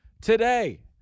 Today